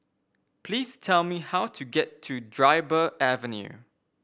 please tell me how to get to Dryburgh Avenue